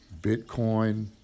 Bitcoin